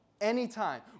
Anytime